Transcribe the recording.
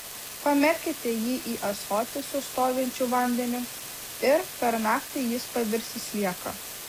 pamerkite jį į ąsotį su stovinčiu vandeniu ir per naktį jis pavirs į slieką